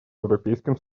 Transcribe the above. европейским